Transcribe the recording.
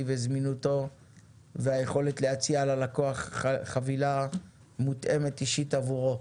וזמינותו והיכולת להציע ללקוח חבילה מותאמת אישית עבורו.